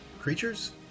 creatures